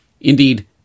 Indeed